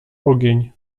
ogień